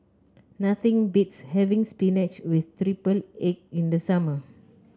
nothing beats having spinach with triple egg in the summer